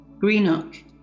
Greenock